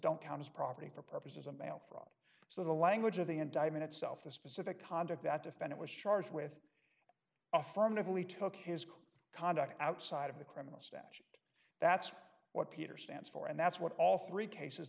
don't count as property for purposes of mail fraud so the language of the indictment itself the specific conduct that defendant was charged with affirmatively took his conduct outside of the criminal that's what peter stands for and that's what all three cases